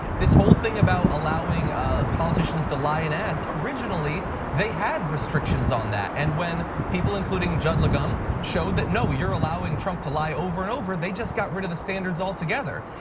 this whole thing about allowing politicians to lie in adds. originally they had restrictions on that and when people including judd legum show that, no you're allowing trump to lie over and over. they just got rid of the standards all together,